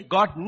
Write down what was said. God